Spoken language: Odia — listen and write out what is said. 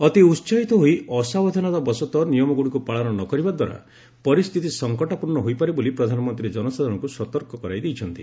ଅତି ଉତ୍ସାହିତ ହୋଇ ଅସାବଧାନତାବଶତଃ ନିୟମଗୁଡ଼ିକୁ ପାଳନ ନ କରିବାଦ୍ୱାରା ପରିସ୍ଥିତି ସଙ୍କଟାପନ୍ନ ହୋଇପାରେ ବୋଲି ପ୍ରଧାନମନ୍ତ୍ରୀ ଜନସାଧାରଣଙ୍କୁ ସତର୍କ କରାଇ ଦେଇଛନ୍ତି